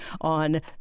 on